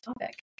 topic